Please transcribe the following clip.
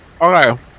Okay